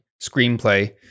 screenplay